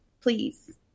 please